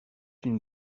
une